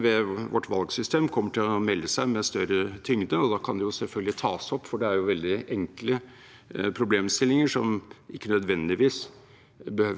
behøver å drøftes sammen med alt det tekniske. Jeg vil avslutte med å si at jeg hørte på statsråd Gjelsvik, som sa